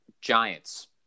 Giants